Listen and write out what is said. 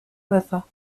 weather